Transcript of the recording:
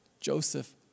Joseph